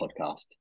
podcast